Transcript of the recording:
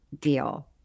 deal